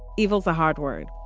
evil's a hard word